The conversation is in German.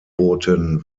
booten